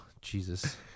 Jesus